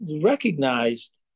recognized